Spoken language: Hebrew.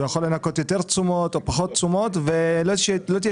הוא יכול לנכות יותר תשומות או פחות תשומות ולא תהיה